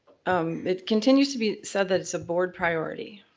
um it continues to be said that it's a board priority,